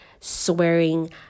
swearing